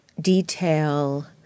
detail